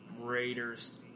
Raiders